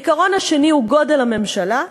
העיקרון השני הוא גודל הממשלה,